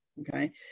Okay